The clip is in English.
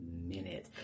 minute